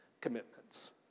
commitments